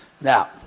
Now